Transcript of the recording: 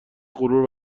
غرور